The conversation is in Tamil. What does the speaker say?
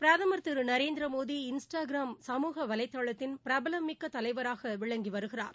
பிரதமர் திரு நரேந்திர மோடி இன்ஸ்டாகிராம் சமூக வலைதளத்தின் பிரபலமிக்க தலைவராக விளங்கி வருகிறார்